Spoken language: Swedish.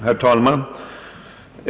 Herr talman!